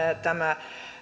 tämä